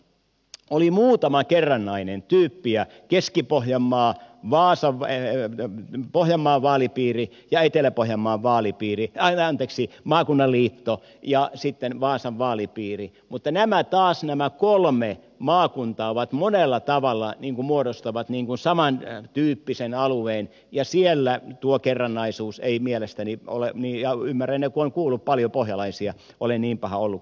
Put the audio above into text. oli muutama kerrannainen tyyppiä keski pohjanmaa pohjanmaan vaalipiiri ja etelä pohjanmaan maakunnan liitto ja sitten vaasan vaalipiiri mutta taas nämä kolme maakuntaa monella tavalla muodostavat samantyyppisen alueen ja siellä tuo kerrannaisuus ei mielestäni ole niin ymmärrän ja olen kuullut paljon pohjalaisia paha ollut